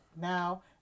now